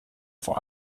vor